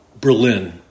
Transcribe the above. Berlin